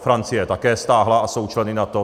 Francie je také stáhla a jsou členy NATO.